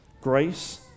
grace